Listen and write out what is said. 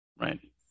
right